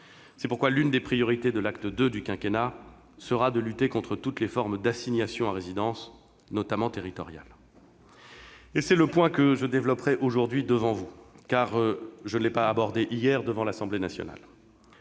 C'est pourquoi l'une des priorités de l'acte II du quinquennat sera de lutter contre toutes les formes d'assignations à résidence, notamment territoriales. C'est le point que je développerai aujourd'hui, devant vous, car je ne l'ai pas abordé hier devant l'Assemblée nationale.